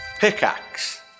Pickaxe